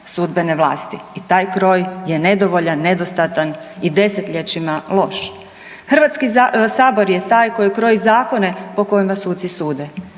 sudbene vlasti i taj kroj je nedovoljan, nedostatan i desetljećima loš. HS je taj koji kroji zakone po kojima sucima sude,